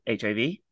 HIV